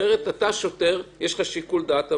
אחרת אתה שוטר ויש לך שיקול דעת.